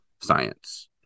science